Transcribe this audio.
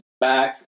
back